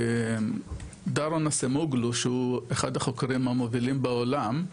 דארון אסמוגלו שהוא אחד החוקרים המובילים בעולם,